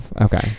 Okay